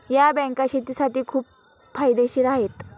या बँका शेतीसाठी खूप फायदेशीर आहेत